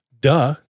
duh